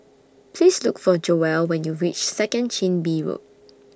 Please Look For Joell when YOU REACH Second Chin Bee Road